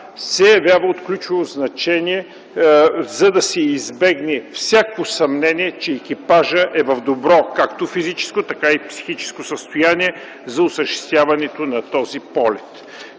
се явява от ключово значение, за да се избегне всякакво съмнение, че екипажът е в добро както физическо, така и психическо състояние за осъществяването на този полет.